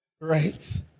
right